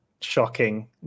shocking